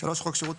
חוק שירות